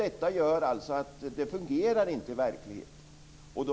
Detta gör att det inte fungerar i verkligheten.